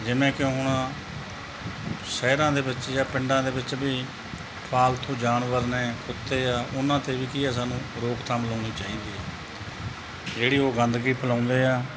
ਜਿਵੇਂ ਕਿ ਹੁਣ ਸ਼ਹਿਰਾਂ ਦੇ ਵਿੱਚ ਜਾਂ ਪਿੰਡਾਂ ਦੇ ਵਿੱਚ ਵੀ ਫਾਲਤੂ ਜਾਨਵਰ ਨੇ ਕੁੱਤੇ ਆ ਉਹਨਾਂ 'ਤੇ ਵੀ ਕੀ ਆ ਸਾਨੂੰ ਰੋਕਥਾਮ ਲਾਉਣੀ ਚਾਹੀਦੀ ਹੈ ਜਿਹੜੀ ਉਹ ਗੰਦਗੀ ਫੈਲਾਉਂਦੇ ਆ